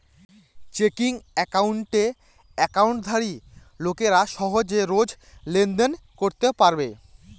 checking একাউণ্টে একাউন্টধারী লোকেরা সহজে রোজ লেনদেন করতে পারবে